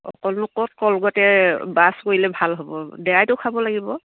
অকলনো ক'ত কলগেটে বাছ কৰিলে ভাল হ'ব দৰবটোও খাব লাগিব